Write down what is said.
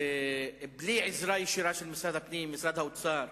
ובלי עזרה ישירה של משרד הפנים ומשרד האוצר.